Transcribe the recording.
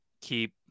keep